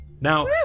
Now